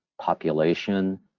population